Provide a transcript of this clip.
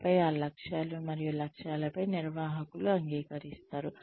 ఆపై ఆ లక్ష్యాలు మరియు లక్ష్యాలపై నిర్వాహకులు అంగీకరిస్తారు